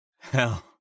Hell